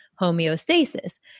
homeostasis